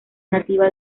nativa